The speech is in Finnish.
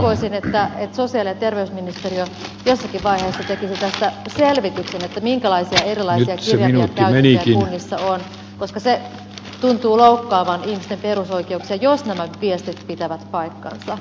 toivoisin että sosiaali ja terveysministeriö jossakin vaiheessa tekisi tästä selvityksen minkälaisia erilaisia kirjavia käytäntöjä kunnissa on koska se tuntuu loukkaavan ihmisten perusoikeuksia jos nämä viestit pitävät paikkansa